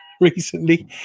recently